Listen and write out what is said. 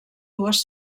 dues